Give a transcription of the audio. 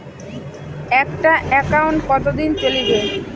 একটা একাউন্ট কতদিন চলিবে?